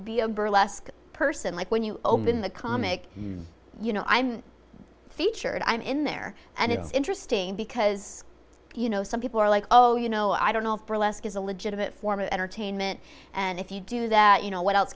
be a burlesque person like when you open the comic you know i'm featured i'm in there and it's interesting because you know some people are like oh you know i don't know if burlesque is a legitimate form of entertainment and if you do that you know what else